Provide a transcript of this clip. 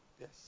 yes